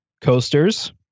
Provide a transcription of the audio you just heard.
coasters